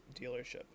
dealership